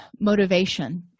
motivation